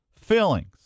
fillings